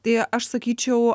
tai aš sakyčiau